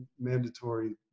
mandatory